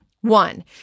One